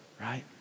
Right